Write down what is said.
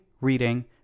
reading